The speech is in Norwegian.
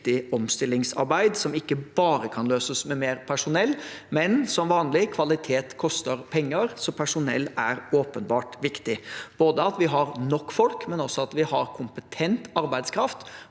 et viktig omstillingsarbeid som ikke bare kan løses med mer personell, men som vanlig: Kvalitet koster penger, så personell er åpenbart viktig – både at vi har nok folk, og at vi har kompetent arbeidskraft